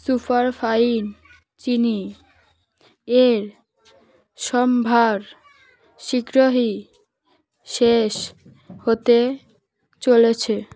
superfine চিনি এর সম্ভার শীঘ্রহী শেষ হতে চলেছে